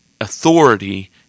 authority